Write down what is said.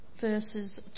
verses